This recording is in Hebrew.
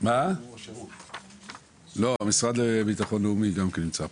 גם המשרד לבטחון לאומי מופיע פה